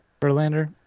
Verlander